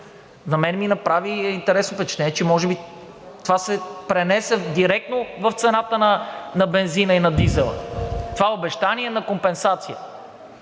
На мен ми направи интересно впечатление, че може би това се пренесе директно в цената на бензина и дизела, това обещание за компенсация.